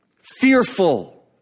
fearful